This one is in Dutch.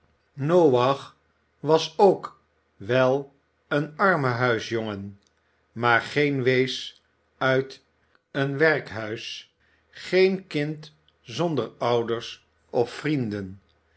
noach was ook wel een armhuisjongen maar geen wees uit een werkhuis geen kind zonder ouders of vrienden